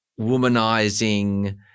womanizing